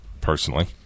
personally